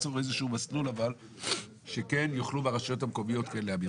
את האפשרות גם להגדיל